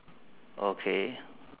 okay